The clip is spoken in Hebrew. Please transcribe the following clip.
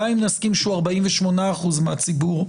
גם אם נסכים שהוא 48% מהציבור,